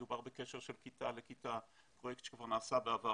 מדובר בקשר של כיתה לכיתה וזה פרויקט שכבר נעשה בעבר,